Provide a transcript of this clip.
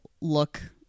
look